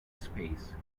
space